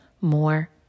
more